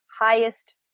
highest